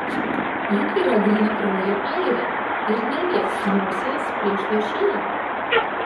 juk yra grynakraujė airė ir neries nosies prieš lošėją